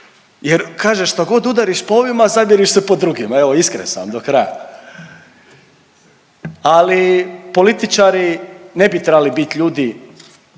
jer kaže što god udariš po ovima zadireš se po drugima, evo iskren sam do kraja. Ali političari ne bi trebali bit ljudi